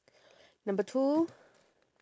number two